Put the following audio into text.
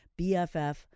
BFF